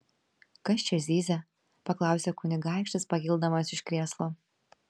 kas čia zyzia paklausė kunigaikštis pakildamas iš krėslo